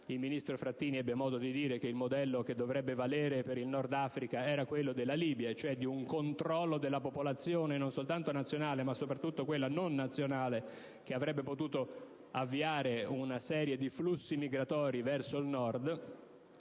il ministro Frattini ebbe modo di dire che il modello che dovrebbe valere per il Nord Africa era quello della Libia, cioè di un controllo della popolazione, non soltanto quella nazionale ma soprattutto quella non nazionale, che avrebbe potuto avviare una serie di flussi migratori verso il Nord,